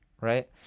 Right